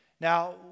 Now